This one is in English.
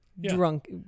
Drunk